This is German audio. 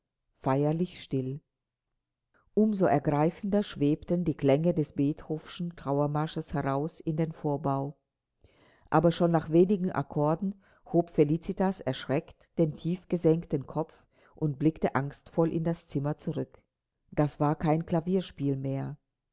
feierlich still um so ergreifender schwebten die klänge des beethovenschen trauermarsches heraus in den vorbau aber schon nach wenigen akkorden hob felicitas erschreckt den tiefgesenkten kopf und blickte angstvoll in das zimmer zurück das war kein klavierspiel mehr